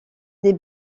des